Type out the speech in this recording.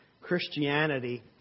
Christianity